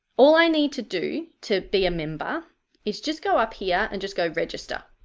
all i need to do to be a member is just go up here and just go register,